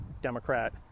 Democrat